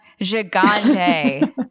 Gigante